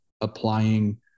applying